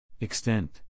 extent